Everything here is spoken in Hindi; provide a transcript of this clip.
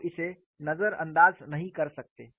आप इसे नजरअंदाज नहीं कर सकते